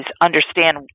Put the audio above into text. understand